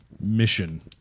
mission